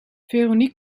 veronique